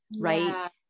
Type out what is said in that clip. Right